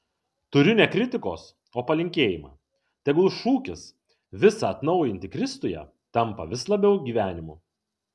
turiu ne kritikos o palinkėjimą tegul šūkis visa atnaujinti kristuje tampa vis labiau gyvenimu